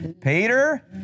Peter